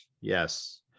yes